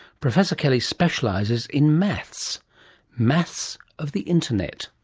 professor kelly specialises in maths maths of the internet.